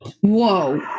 Whoa